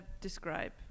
describe